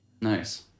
nice